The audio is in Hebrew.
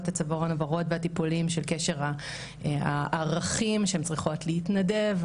בתחום הצווארון הוורוד והטיפולים של קשר הערכים שהן צריכות להתנדב,